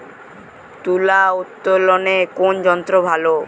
তুলা উত্তোলনে কোন যন্ত্র ভালো?